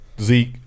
Zeke